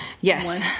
Yes